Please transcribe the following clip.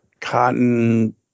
cotton